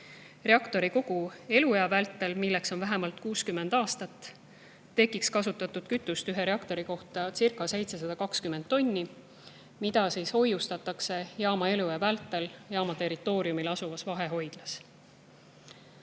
Reaktori kogu eluea vältel, mis on vähemalt 60 aastat, tekiks kasutatud kütust ühe reaktori kohtacirca720 tonni, mida hoiustataks jaama eluea vältel jaama territooriumil asuvas vahehoidlas. Võrdluseks